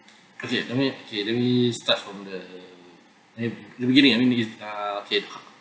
okay let me okay let me start from the the the beginning